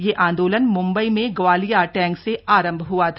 यह आंदोलन मुम्बई में ग्वालिया टैंक से आरम्भ हुआ था